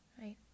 right